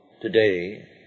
today